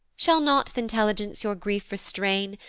shall not th' intelligence your grief restrain,